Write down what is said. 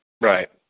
Right